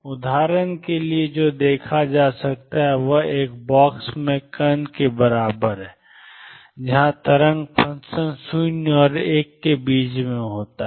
उदाहरण के लिए जो देखा जाता है वह एक बॉक्स में कण है जहां तरंग फ़ंक्शन 0 और l के बीच होता है